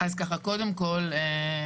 קודם כל,